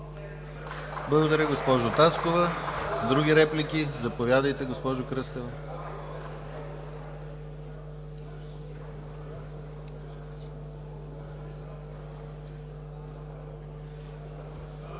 Благодаря, госпожо Таскова. Други реплики? Заповядайте, госпожо Кръстева.